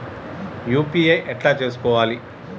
UPI ఎట్లా చేసుకోవాలి?